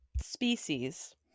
species